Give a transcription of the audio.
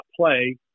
play